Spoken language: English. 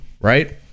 right